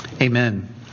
Amen